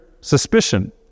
suspicion